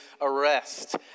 arrest